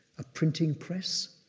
a printing press,